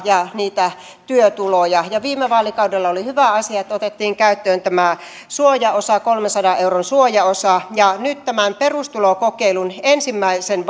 ja niitä työtuloja viime vaalikaudella oli hyvä asia se että otettiin käyttöön tämä suoja osa kolmensadan euron suojaosa ja nyt tämän perustulokokeilun ensimmäisen